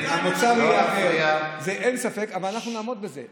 המצב יהיה אחר, אבל נעמוד בזה.